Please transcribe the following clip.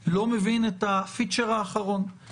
ואנשים שסביב האדם לא יודעים על ייפוי כוח,